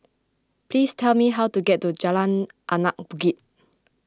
please tell me how to get to Jalan Anak Bukit